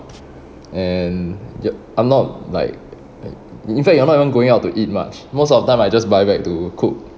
and you~ I'm not like in fact you're not even going out to eat much most of the time I just buy back to cook